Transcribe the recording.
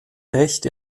recht